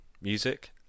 music